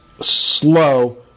slow